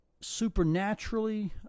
supernaturally